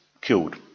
killed